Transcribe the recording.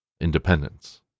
independence